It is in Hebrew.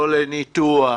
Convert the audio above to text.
לא לניתוח,